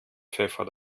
pfeffer